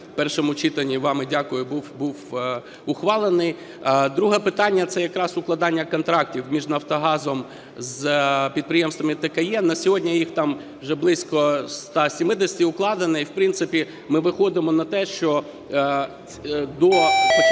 в першому читанні вами, дякую, був ухвалений. Друге питання, це якраз укладання контрактів між "Нафтогазом" з підприємствами ТКЕ. На сьогодні їх там вже близько 170 укладених.